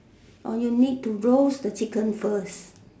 orh you need to roast the chicken first